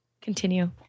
Continue